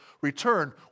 return